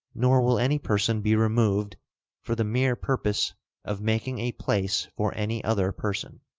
nor will any person be removed for the mere purpose of making a place for any other person.